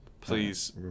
Please